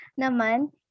naman